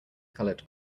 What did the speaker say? colored